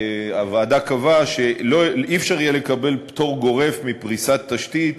הוועדה קבעה שלא יהיה אפשר לקבל פטור גורף מפריסת תשתית